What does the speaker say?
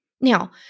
Now